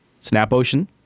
SnapOcean